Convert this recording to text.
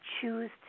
choose